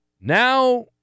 Now